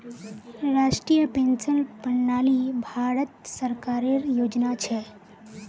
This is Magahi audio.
राष्ट्रीय पेंशन प्रणाली भारत सरकारेर योजना छ